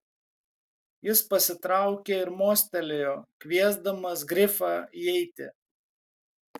jis pasitraukė ir mostelėjo kviesdamas grifą įeiti